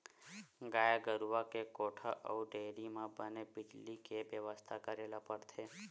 गाय गरूवा के कोठा अउ डेयरी म बने बिजली के बेवस्था करे ल परथे